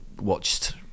watched